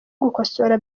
gukosora